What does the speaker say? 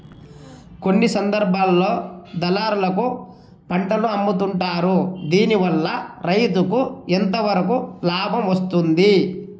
కొన్ని సందర్భాల్లో దళారులకు పంటలు అమ్ముతుంటారు దీనివల్ల రైతుకు ఎంతవరకు లాభం వస్తుంది?